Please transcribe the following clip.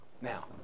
Now